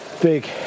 big